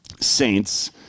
saints